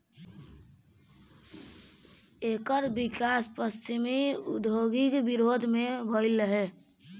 एकर विकास पश्चिमी औद्योगिक विरोध में भईल रहे